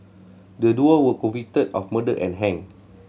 the duo were convicted of murder and hanged